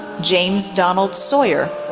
james donald sawyer,